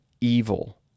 evil